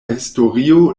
historio